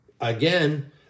again